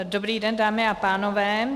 Dobrý den, dámy a pánové.